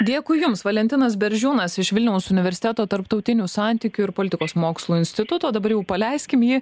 dėkui jums valentinas beržiūnas iš vilniaus universiteto tarptautinių santykių ir politikos mokslų instituto dabar jau paleiskim jį